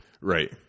Right